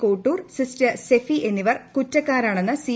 Kottoor sister Sephy എസ്സിവർ കുറ്റക്കാരാണെന്ന് C